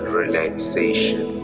relaxation